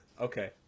Okay